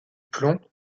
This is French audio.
plomb